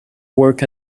work